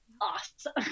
awesome